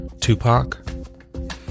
Tupac